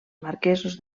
marquesos